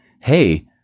Hey